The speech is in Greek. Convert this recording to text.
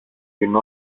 την